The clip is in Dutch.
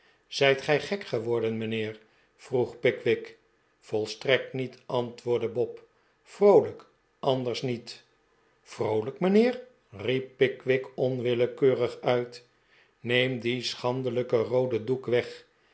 zijt gij gek geworden mijnheer vroeg pickwick voistrekt niet antwoordde bob vroolijk anders niet vroolijk mijnheer riep pickwick onwillekeurig uit neem dien schandelijken rooden doek weg